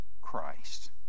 Christ